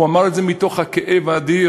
הוא אמר את זה מתוך הכאב האדיר.